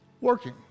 working